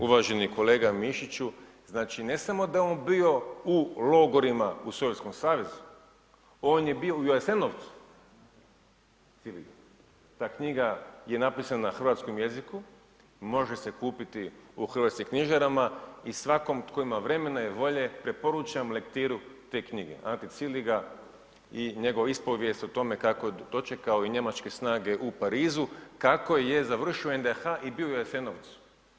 Uvaženi kolega Mišiću, znači ne samo da je on bio u logorima u Sovjetskom savezu, on je bio i u Jasenovcu, ... Ta knjiga je napisana na hrvatskom jeziku i može se kupiti u hrvatskim knjižarama i svakom tko ima vremena i volje preporučam lektiru te knjige, Ante Ciliga i njegov ispovijest o tome kako je dočekao i njemačke snage u Parizu, kako je završio u NDH i bio u Jasenovcu.